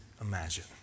Imagine